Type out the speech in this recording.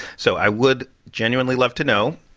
so i would genuinely love to know.